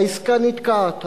והעסקה נתקעת.